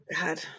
god